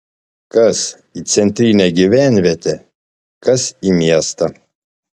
kas į centrinę gyvenvietę kas į miestą